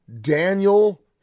Daniel